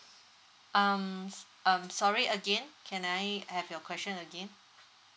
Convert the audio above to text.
um um sorry again can I have your question again